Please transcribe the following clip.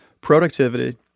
productivity